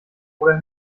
oder